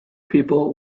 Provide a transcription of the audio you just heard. people